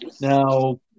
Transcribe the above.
Now